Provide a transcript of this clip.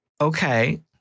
okay